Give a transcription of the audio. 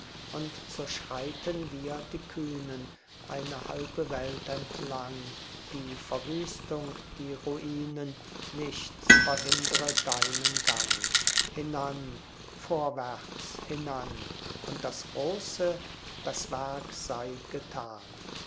und so schreiten wir die kühnen eine halbe welt entlang die verwüstung die ruinen nichts verhindre deinen gang hinan vorwärts hinan und das große das werk sei getan